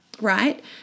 right